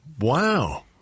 Wow